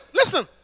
listen